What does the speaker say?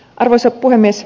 arvoisa puhemies